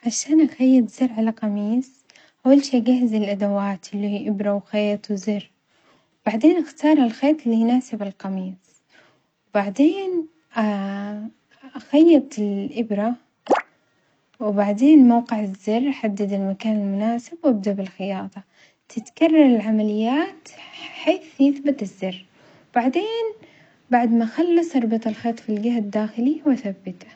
عشان أخيط زر على قميص أول شي أجهز الأدوات اللي هي إبرة وخيط وزر، وبعدين أختار الخيط اللي يناسب القميص وبعدين أخيط الإبرة وبعدين موقع الزر أحدد المكان المناسب وأبدأ بالخياطة، تتكرر العمليات ح-حيث يثبت الزر، وبعدين بعد ما أخلص أربط الخيط في الجهة الداخلية وأثبته.